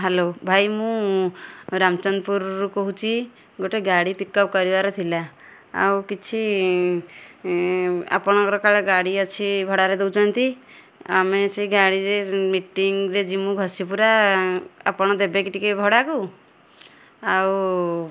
hello ଭାଇ ମୁଁ ରାମଚନ୍ଦ୍ରପୁରରୁ କହୁଛି ଗୋଟେ ଗାଡ଼ି ପିକଅପ୍ କରିବାର ଥିଲା ଆଉ କିଛି ଆପଣଙ୍କର କାଳେ ଗାଡ଼ି ଅଛି ଭଡ଼ାରେ ଦେଉଛନ୍ତି ଆମେ ସେ ଗାଡ଼ିରେ ମିଟିଙ୍ଗ୍ ରେ ଯିମୁ ଘସିପୁରା ଆପଣ ଦେବେକି ଟିକେ ଭଡ଼ାକୁ ଆଉ